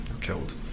killed